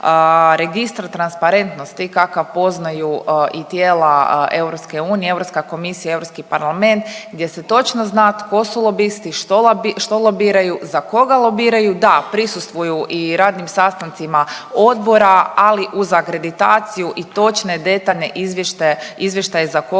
registar transparentnosti kakav poznaju i tijela EU, Europska komisija, Europski parlament gdje se točno zna tko su lobisti, što lobiraju, za koga lobiraju. Da, prisustvuju i radnim sastancima odbora, ali uz akreditaciju i točne, detaljne izvještaje za koga su lobirali